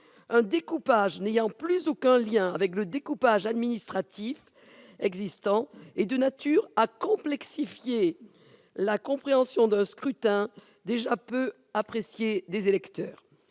Un découpage n'ayant plus aucun lien avec le découpage administratif existant est de nature à complexifier la compréhension d'un scrutin déjà peu apprécié des électeurs.